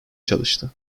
çalıştı